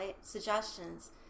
suggestions